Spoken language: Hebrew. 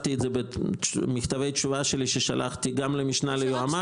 אליו במכתבי התשובה ששלחתי למשנה ליועמ"ש.